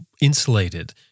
insulated